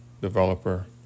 developer